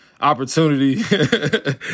opportunity